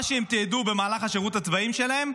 מה שהם תיעדו במהלך השירות הצבאי שלהם,